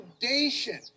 foundation